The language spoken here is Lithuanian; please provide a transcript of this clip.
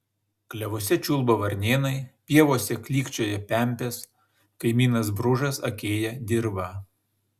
klevuose čiulba varnėnai pievose klykčioja pempės kaimynas bružas akėja dirvą